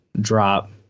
drop